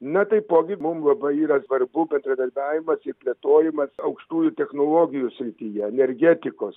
na taipogi mum labai yra svarbu bendradarbiavimas ir plėtojimas aukštųjų technologijų srityje energetikos